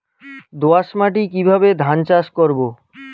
দোয়াস মাটি কিভাবে ধান চাষ করব?